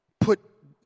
put